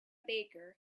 baker